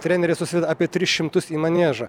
treneriai susideda apie tris šimtus į maniežą